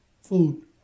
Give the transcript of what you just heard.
food